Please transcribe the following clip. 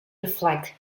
reflect